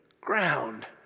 ground